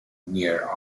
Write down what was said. near